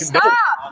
Stop